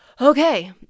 Okay